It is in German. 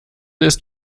ist